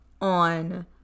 on